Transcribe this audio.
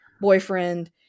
Boyfriend